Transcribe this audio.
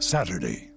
Saturday